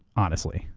honestly,